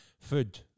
Food